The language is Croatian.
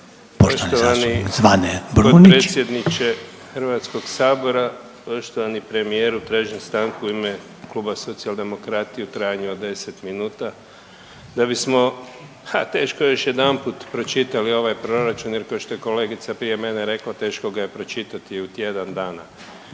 Poštovani potpredsjedniče Hrvatskoga sabora, poštovani premijeru tražim stanku u ime Kluba Socijaldemokrata u trajanju od 10 minuta da bismo a teško je još jedanput pročitali ovaj proračun jer kao što je kolegica prije mene rekla teško ga je pročitati u tjedan dana.